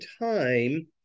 time